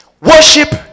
Worship